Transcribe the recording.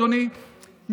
אדוני,